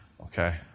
Okay